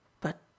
But